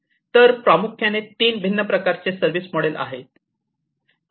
तर प्रामुख्याने हे तीन भिन्न प्रकारचे सर्व्हिस मॉडेल्स आहेत क्लाऊड बेस्ड सर्व्हिस मॉडेल्स